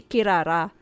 Kirara